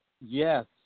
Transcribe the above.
Yes